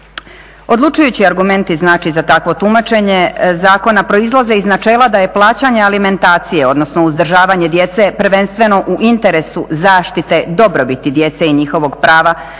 Odlučujući argumenti znači za takvo tumačenje zakona proizlaze iz načela da je plaćanje alimentacije, odnosno uzdržavanje djece prvenstveno u interesu zaštite dobrobiti djece i njihovog prava